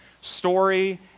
story